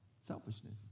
selfishness